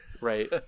Right